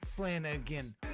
Flanagan